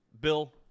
Bill